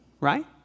right